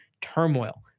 turmoil